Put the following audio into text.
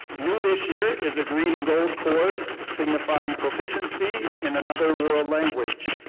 new this year is a green and gold cord signifying proficiency in another world language.